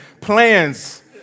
plans